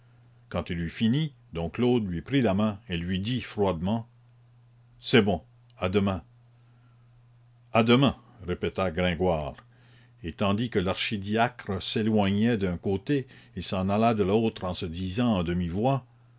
quand il eut fini dom claude lui prit la main et lui dit froidement c'est bon à demain à demain répéta gringoire et tandis que l'archidiacre s'éloignait d'un côté il s'en alla de l'autre en se disant à